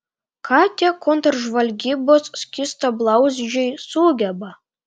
ką tie kontržvalgybos skystablauzdžiai sugeba